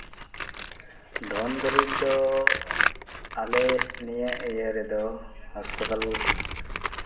ᱫᱷᱚᱱ ᱫᱩᱨᱤᱵ ᱫᱚ ᱱᱤᱭᱟᱹ ᱟᱞᱮ ᱤᱭᱟᱹ ᱨᱮᱫᱚ ᱦᱟᱥᱯᱟᱛᱟᱞ